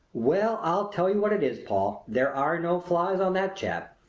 well, i'll tell you what it is, paul, there are no flies on that chap!